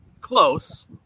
Close